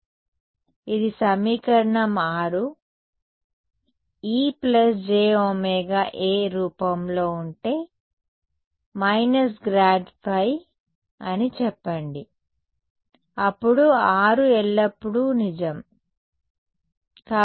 కాబట్టి ఇది సమీకరణం 6 E plus j omega A రూపంలో ఉంటే మైనస్ గ్రాడ్ ఫై అని చెప్పండి అప్పుడు 6 ఎల్లప్పుడూ నిజం సరే